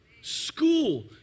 school